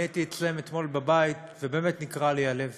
אני הייתי אצלם בבית ובאמת נקרע לי הלב.